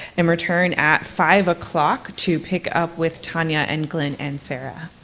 and return at five o'clock, to pick up with tanya and glen and sarah.